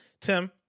Tim